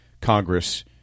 Congress